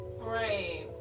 Right